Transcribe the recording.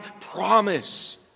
promise